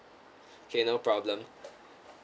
okay no problem